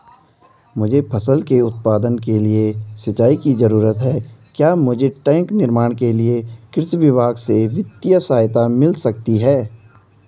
मुझे फसल के उत्पादन के लिए सिंचाई की जरूरत है क्या मुझे टैंक निर्माण के लिए कृषि विभाग से वित्तीय सहायता मिल सकती है?